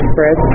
Fred